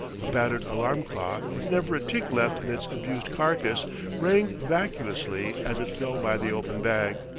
a battered alarm clock with never a tick left in its abused carcass rang vacuously as it fell by the open bag.